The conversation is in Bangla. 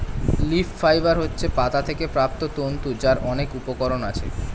লিফ ফাইবার হচ্ছে পাতা থেকে প্রাপ্ত তন্তু যার অনেক উপকরণ আছে